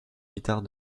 guitare